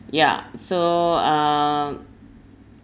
yeah so um